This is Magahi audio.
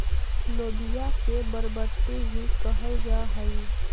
लोबिया के बरबट्टी भी कहल जा हई